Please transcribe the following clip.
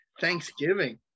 Thanksgiving